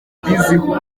mbiziho